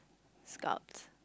scouts